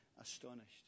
astonished